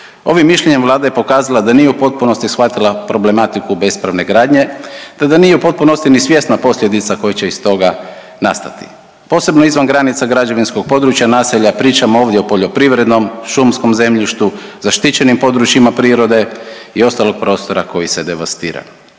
ovim mišljenjem Vlada je pokazala da nije u potpunosti shvatila problematiku bespravne gradnje, te da nije u potpunosti ni svjesna posljedica koje će iz toga nastati posebno izvan granica građevinskog područja, naselja. Pričamo ovdje o poljoprivrednom, šumskom zemljištu, zaštićenim područjima prirode i ostalog prostora koji se devastira.